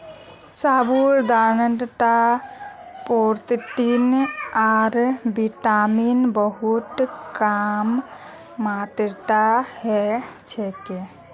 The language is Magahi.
साबूदानात प्रोटीन आर विटामिन बहुत कम मात्रात ह छेक